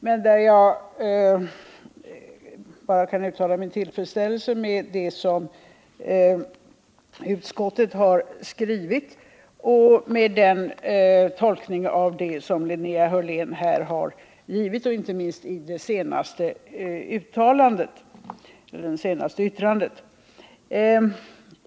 På den punkten kan jag bara uttala min tillfredsställelse över det som utskottet har skrivit och med den tolkning av det som Linnea Hörlén här har gett — inte minst i den senaste repliken.